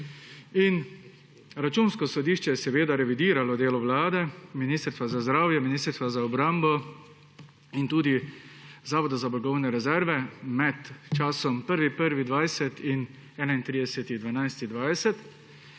Računsko sodišče je seveda revidiralo delo Vlade, Ministrstva za zdravje, Ministrstva za obrambo in tudi Zavoda za blagovne rezerve med časom 1. 1. 2020 in 31. 12.